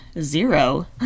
zero